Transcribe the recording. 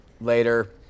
later